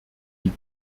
die